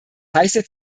heiße